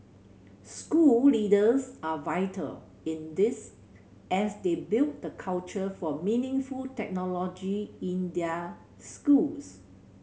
school leaders are vital in this as they build the culture for meaningful technology in their schools